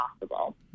possible